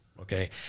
okay